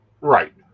right